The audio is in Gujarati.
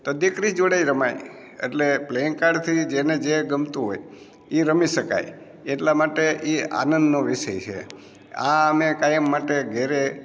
તો દીકરી જોડે ય રમાય એટલે પ્લેઇંગ કાર્ડથી જેને જે ગમતું હોય એ રમી શકાય એટલા માટે એ આનંદનો વિષય છે આ અમે કાયમ માટે ઘેરે